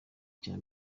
cya